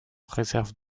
réserve